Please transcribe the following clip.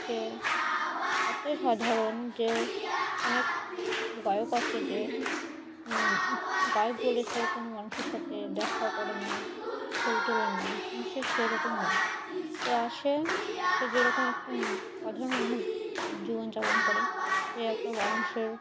সে এতই সাধারণ যে অনেক গায়ক আছে যে গায়ক বলে সে কোনো মানুষের সাথে দেখাও করেন না ছবি তোলেন না কিন্তু সে সেরকম নয় সে আসে সে যেরকম একটা সাধারণ মানুষ জীবনযাপন করে সে একটা মানুষের